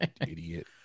idiot